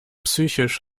psychisch